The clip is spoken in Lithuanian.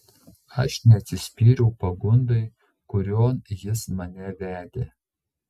aš neatsispyriau pagundai kurion jis mane vedė